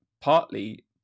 partly